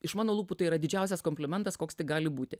iš mano lūpų tai yra didžiausias komplimentas koks tik gali būti